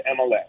MLS